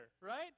right